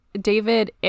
David